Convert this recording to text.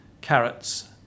carrots